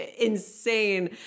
insane